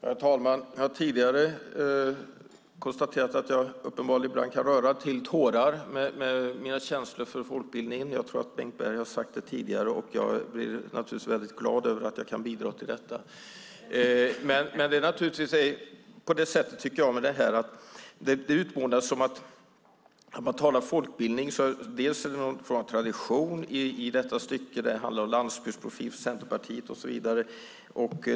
Herr talman! Jag har tidigare konstaterat att jag uppenbarligen ibland kan röra till tårar med mina känslor för folkbildningen. Jag tror att Bengt Berg har sagt det tidigare, och jag blir naturligtvis väldigt glad över att jag kan bidra till detta. Här utmålas det som att folkbildning är någon form av tradition i detta stycke, att det handlar om landsbygdsprofil för Centerpartiet och så vidare.